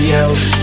else